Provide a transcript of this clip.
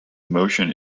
motion